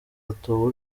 hatowe